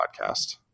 podcast